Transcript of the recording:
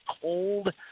cold